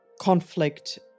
conflict